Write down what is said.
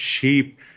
sheep